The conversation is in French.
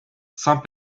saint